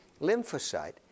lymphocyte